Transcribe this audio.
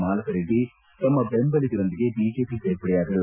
ಮಾಲಕರೆಡ್ಡಿ ತಮ್ಮ ಬೆಂಬಲಿಗರೊಂದಿಗೆ ಬಿಜೆಪಿ ಸೇರ್ಪಡೆಯಾದರು